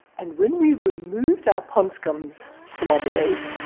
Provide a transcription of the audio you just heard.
and when we removed our pond scum's telomerase,